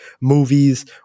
movies